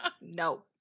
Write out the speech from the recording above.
No